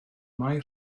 mae